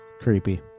Creepy